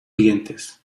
dientes